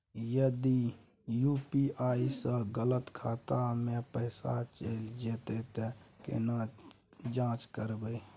यदि यु.पी.आई स गलत खाता मे पैसा चैल जेतै त केना जाँच करबे?